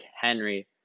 Henry